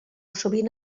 sovint